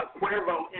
Cuervo